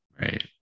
Right